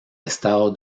estado